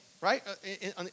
right